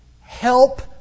help